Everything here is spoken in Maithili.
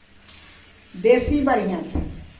बेसी बढ़िआँ छै